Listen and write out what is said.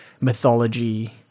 mythology